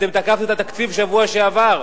אתם תקפתם את התקציב בשבוע שעבר,